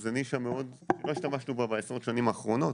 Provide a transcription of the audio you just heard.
זו נישה שלא השתמשנו בה בעשרות השנים האחרונות.